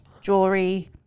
jewelry